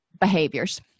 behaviors